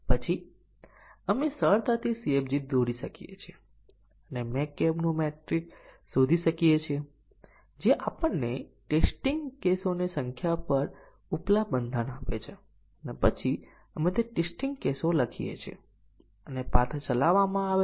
અહીં આપણે control flow ગ્રાફને જાણીએ છીએ તે સિક્વન્સ નું પ્રતિનિધિત્વ કરે છે જેમાં પ્રોગ્રામની જુદી જુદી સૂચનાઓ ચલાવવામાં આવે છે